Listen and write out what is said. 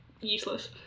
useless